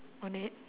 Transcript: on it